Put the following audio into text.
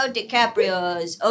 DiCaprio's